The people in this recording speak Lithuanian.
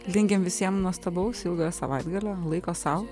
linkim visiem nuostabaus ilgojo savaitgalio laiko sau